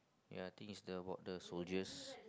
ya I think is the about the soldiers